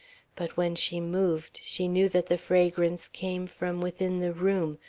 but when she moved, she knew that the fragrance came from within the room,